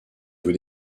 vous